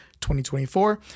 2024